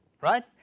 right